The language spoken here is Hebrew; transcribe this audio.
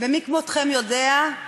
ומי כמותכם יודע,